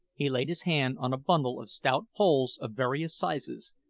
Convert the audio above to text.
he laid his hand on a bundle of stout poles of various sizes,